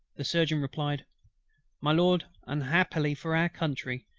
the surgeon replied my lord, unhappily for our country,